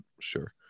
sure